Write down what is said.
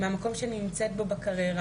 מהמקום שאני נמצאת היום בקריירה,